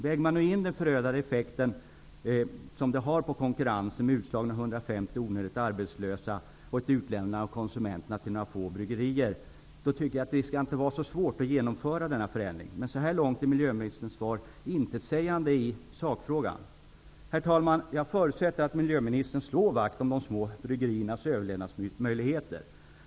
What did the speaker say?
Väger man nu in den förödande effekt som lagen har på konkurrensen, med utslagning av 150 onödigt arbetslösa och ett utlämnande av konsumenterna till några få bryggerier, borde det inte vara svårt att besluta att genomföra denna förändring. Men så här långt är miljöministerns svar intetsägande i sakfrågan. Herr talman! Jag förutsätter att miljöministern slår vakt om de små bryggeriernas överlevnadsmöjligheter.